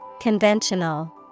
Conventional